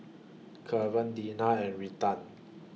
Kevan Dina and Retha